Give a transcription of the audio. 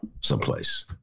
someplace